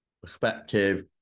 perspective